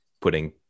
putting